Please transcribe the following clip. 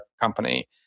company